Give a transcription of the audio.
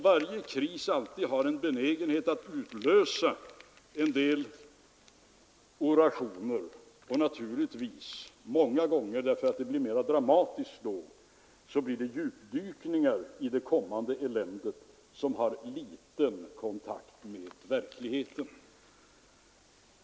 Varje kris har ju en benägenhet att utlösa en del orationer, då blir det många gånger djupdykningar i det kommande eländet som har liten kontakt med verkligheten.